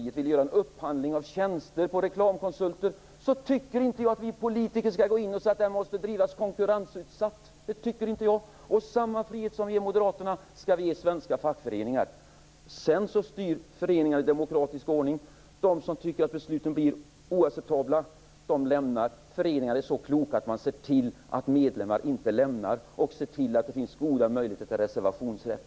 Om det vill göra en upphandling av tjänster från reklamkonsulter, tycker jag inte att vi politiker skall gå in och säga att den upphandlingen måste konkurrensutsättas. Samma frihet som vi ger Moderaterna skall vi ge fackföreningar. Föreningar styrs i demokratisk ordning. De som tycker att besluten är oacceptabla lämnar föreningarna. Men man är i föreningarna så pass kloka att man ser till att medlemmarna inte slutar och att det finns goda möjligheter till reservationsrätt.